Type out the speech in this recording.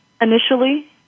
initially